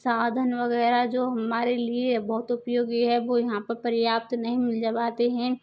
साधन वगैरह जो हमारे लिए बहुत उपयोगी है वो यहाँ पर पर्याप्त नहीं जब आते हैं